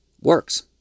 Works